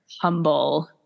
humble